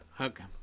okay